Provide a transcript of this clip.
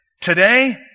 today